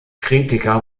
kritiker